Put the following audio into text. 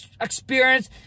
experience